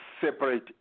separate